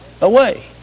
away